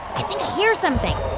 i think i hear something i